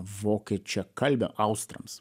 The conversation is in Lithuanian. vokiečiakalbia austrams